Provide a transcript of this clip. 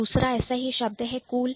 दूसरा शब्द है Cool कूल